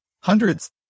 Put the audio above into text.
hundreds